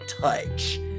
touch